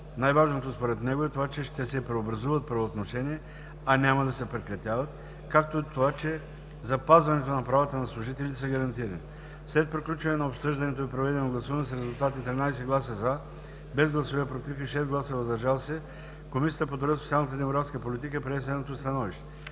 Най-важното според него е това, че ще се преобразуват правоотношения, а няма да се прекратяват, както и това, че запазването на правата на служителите са гарантирани. След приключване на обсъждането и проведеното гласуване с резултати 13 „за“, без „против“ и 6 „въздържал се“ Комисията по труда, социалната и демографската политика прие следното становище: